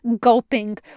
gulping